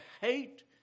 hate